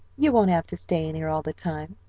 you won't have to stay in here all the time,